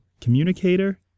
communicator